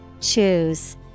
Choose